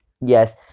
Yes